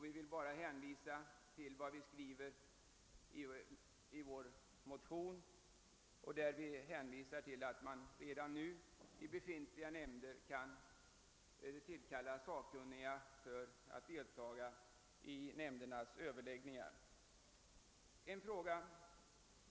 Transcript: Vi vill för vår del hänvisa till motionen, där vi påpekar att man redan nu i befintliga nämnder kan tillkalla sakkunniga att delta i nämndernas överläggningar.